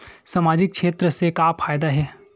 सामजिक क्षेत्र से का फ़ायदा हे?